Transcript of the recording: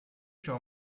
ciò